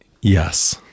Yes